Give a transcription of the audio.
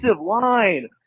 line